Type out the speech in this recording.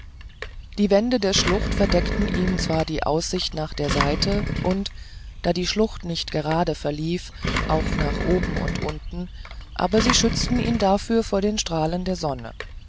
die wände der schlucht verdeckten ihm zwar die aussicht nach der seite und da die schlucht nicht gerade verlief auch nach oben und unten aber sie schützten ihn dafür vor den strahlen der sonne